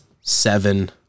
seven